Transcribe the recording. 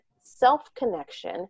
self-connection